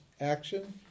action